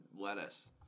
lettuce